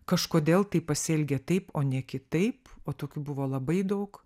kažkodėl tai pasielgė taip o ne kitaip o tokių buvo labai daug